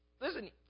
Listen